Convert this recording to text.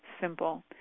simple